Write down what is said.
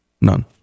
none